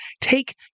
take